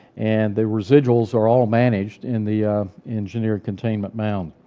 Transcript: and the residuals are all managed in the engineered containment mound